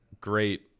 great